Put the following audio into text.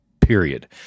period